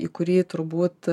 į kurį turbūt